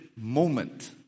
moment